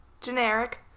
Generic